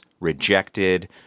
rejected